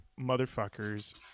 motherfuckers